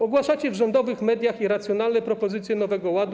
Ogłaszacie w rządowych mediach irracjonalne propozycje Nowego Ładu.